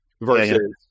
Versus